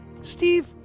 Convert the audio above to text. steve